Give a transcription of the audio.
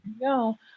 no